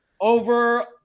over